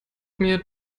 mir